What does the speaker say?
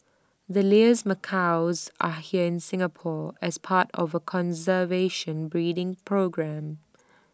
the Lear's macaws are here in Singapore as part of A conservation breeding programme